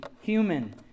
human